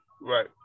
Right